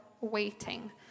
waiting